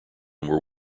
were